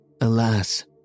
Alas